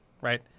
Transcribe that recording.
right